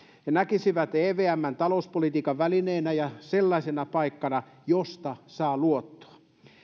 ja ne näkisivät evmn talouspolitiikan välineenä ja sellaisena paikkana josta saa luottoa